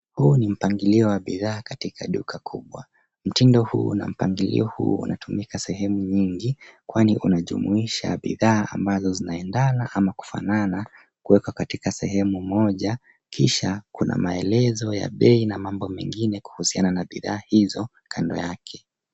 Huu ni mpangilio wa bidhaa katika duka kubwa. Mtindo huu una mpangilio huu unatumika sehemu nyingi, kwani unajumuisha bidhaa ambazo zinaendana ama kufanana kuwekwa katika sehemu moja kisha kuna maelezo ya bei na mambo mengine kuhusiana na bidhaa hizo kando yake.